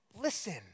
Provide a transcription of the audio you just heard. Listen